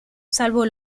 salvo